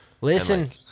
Listen